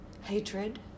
hatred